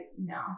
no